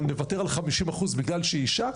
נוותר על 50% בגלל שהיא אישה?